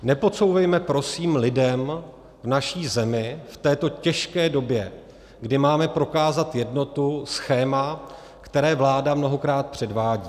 Nepodsouvejme prosím lidem v naší zemi v této těžké době, kdy máme prokázat jednotu, schéma, které vláda mnohokrát předvádí.